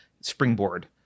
springboard